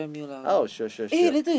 oh sure sure sure